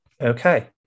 Okay